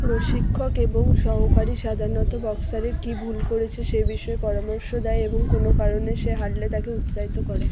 প্রশিক্ষক এবং সহকারী সাধারণত বক্সারে কী ভুল করছে সেই বিষয়ে পরামর্শ দেয় এবং কোনও কারণে সে হারলে তাকে উৎসাহিত করে